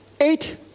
eight